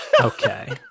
Okay